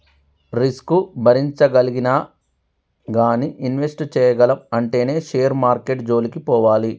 risk భరించగలిగినా గానీ invest చేయగలము అంటేనే షేర్ మార్కెట్టు జోలికి పోవాలి